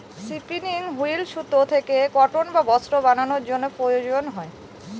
spinning wheel সুতা থেকে cotton বা বস্ত্র বানানোর জন্য প্রয়োজন হয়